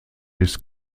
bis